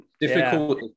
Difficult